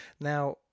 Now